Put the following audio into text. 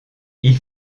ils